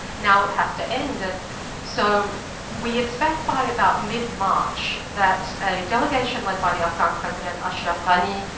now it has to end. so we expect by about mid-march that a delegation led by the afghan president, ashraf ghani,